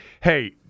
Hey